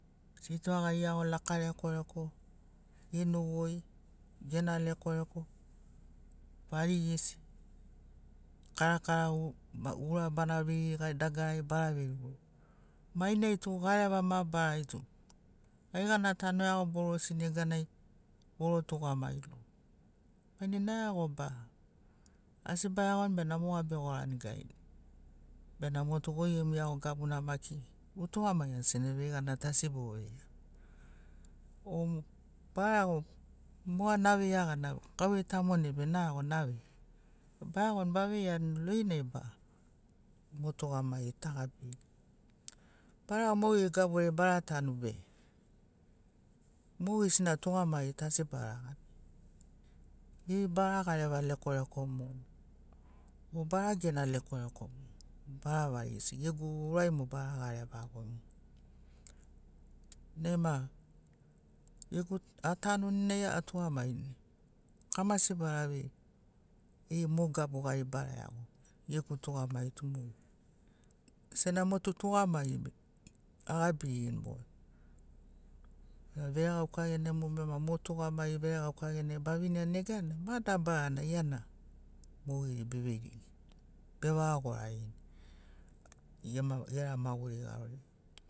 Sitoa gai iago laka lekwalekwa genogoi gena lekwalekwa varigisi karakara ma ura bana vei ma dagarari bara vei o mainai tu gareva mabarari tu aigana tana iago borosi neganai boro tugamagi bena naeago ba asi baeagoni bena moga begorani garina bena motu goi gemu iago gabuna maki botugamagia sena veigana tu asi boveia om baeago moga naveia gana gauvei ta monai be naeago naveia baeagoni baveiani lorinai ba mo tugamagi tagabini bara mogeri gaburi bara tanu be mogesina tugamagi tu asi bara gabi gei bara gareva lekwalekwa mo mo bara gena lekwalekwa goi bara varigisi gegu urai mo bara gareva goi nai ma egu atanuni atugamagini kamasi baravei ei mo gabu ai bara iago gegu tugamagi tum o sena motu tugamagi be agabirini mo veregauka genai mo bema mo tugamagi veregauka genai baviniani neganai ma dabarana iana mogeri beveirini bevagorarini gera maguri garoriai